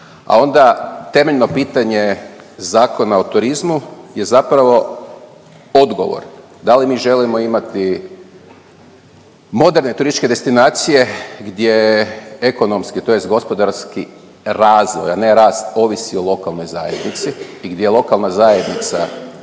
A onda temeljno pitanje Zakona o turizmu je zapravo odgovor da li mi želimo imati moderne turističke destinacije gdje ekonomski tj. gospodarski razvoj, a ne rast ovisi o lokalnoj zajednici i gdje je lokalna zajednica